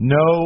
no